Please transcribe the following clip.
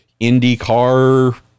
IndyCar